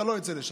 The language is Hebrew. אתה לא יוצא לשם.